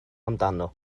amdano